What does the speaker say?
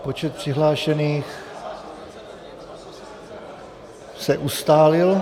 Počet přihlášených se ustálil.